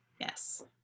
yes